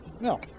No